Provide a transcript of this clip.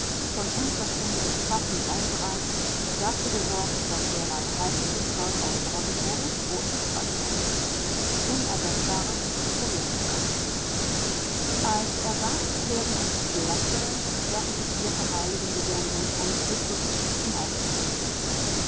von unverständigen pfaffen aufgereizt dafür gesorgt daß derlei heidnisches zeug ausgerottet wurde wo es sich zeigte unersetzbares ist verloren gegangen als ersatz werden uns blasse versifizierte heiligenlegenden und christusgeschichten aufgetischt